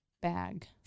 bag